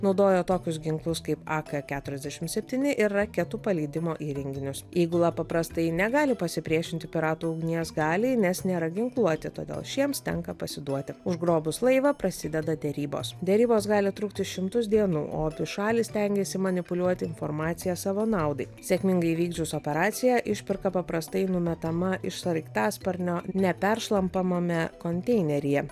naudoja tokius ginklus kaip ak keturiasdešimt septyni ir raketų paleidimo įrenginius įgula paprastai negali pasipriešinti piratų ugnies galiai nes nėra ginkluoti todėl šiems tenka pasiduoti užgrobus laivą prasideda derybos derybos gali trukti šimtus dienų o abi šalys stengiasi manipuliuoti informacija savo naudai sėkmingai įvykdžius operaciją išpirka paprastai numetama iš sraigtasparnio neperšlampamame konteineryje